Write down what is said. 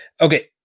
Okay